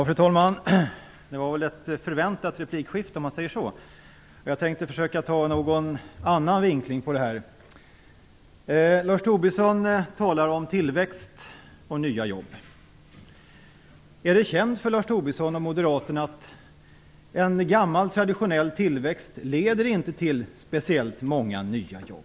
Fru talman! Det var väl ett förväntat replikskifte. Jag tänkte försöka med en annan vinkling på det här. Lars Tobisson talar om tillväxt och nya jobb. Är det känt för Lars Tobisson och Moderaterna att en gammal traditionell tillväxt inte leder till speciellt många nya jobb?